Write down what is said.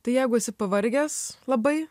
tai jeigu esi pavargęs labai